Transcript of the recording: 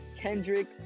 Kendrick